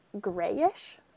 grayish